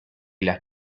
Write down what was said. las